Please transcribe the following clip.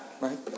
right